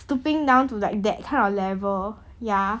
stooping down to like that kind of level ya